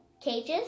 cages